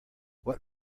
what